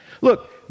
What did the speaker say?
look